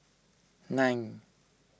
nine